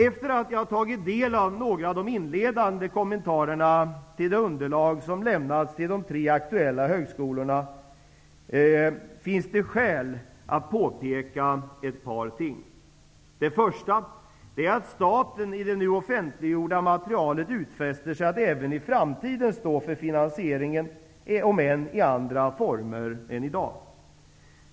Efter att jag tagit del av några av de inledande kommentarerna till det underlag som lämnats till de tre aktuella högskolorna finner jag skäl att påpeka ett par ting. Det första är att staten i det nu offentliggjorda materialet utfäster sig att även i framtiden stå för finansieringen, om än i andra former än i dag.